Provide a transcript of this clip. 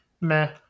meh